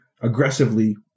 aggressively